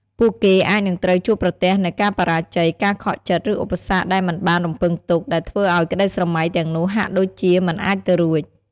ពួកគេអាចនឹងត្រូវជួបប្រទះនូវការបរាជ័យ ការខកចិត្ត ឬឧបសគ្គដែលមិនបានរំពឹងទុក ដែលធ្វើឱ្យក្តីស្រមៃទាំងនោះហាក់ដូចជាមិនអាចទៅរួច។